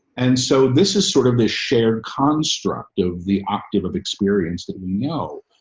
and so this is sort of this shared construct of the octave of experience that we know,